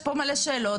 יש פה מלא שאלות,